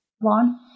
one